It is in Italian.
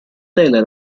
tela